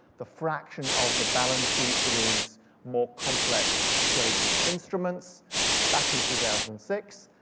the fraction of the balance sheet that is more complex traded. instruments back in two thousand and six,